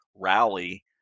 rally